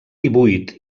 divuit